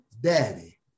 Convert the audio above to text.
daddy